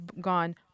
gone